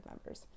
members